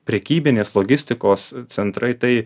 prekybinės logistikos centrai tai